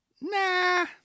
nah